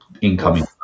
incoming